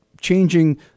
changing